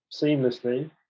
seamlessly